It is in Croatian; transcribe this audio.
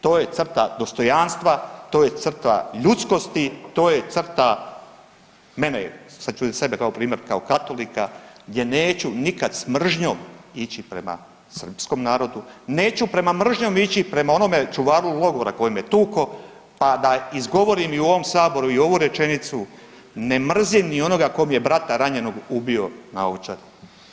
To je crta dostojanstva, to je crta ljudskosti, to je crta mene, sad ću reć sebe kao primjer, kao katolika gdje neću nikad s mržnjom ići prema srpskom narodu, neću prema mržnjom ići prema onome čuvaru logora koji me tuko, pa da izgovorim i u ovom saboru i ovu rečenicu ne mrzim ni onoga ko mi je brata ranjenog ubio na Ovčari.